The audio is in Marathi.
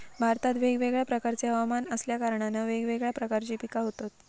भारतात वेगवेगळ्या प्रकारचे हवमान असल्या कारणान वेगवेगळ्या प्रकारची पिका होतत